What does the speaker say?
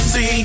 See